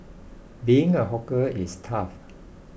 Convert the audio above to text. being a hawker is tough